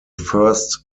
first